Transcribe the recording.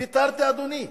ויתרת, אדוני?